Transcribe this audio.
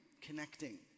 connecting